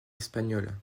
espagnol